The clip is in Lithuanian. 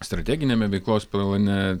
strateginiame veiklos plane